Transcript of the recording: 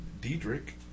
Diedrich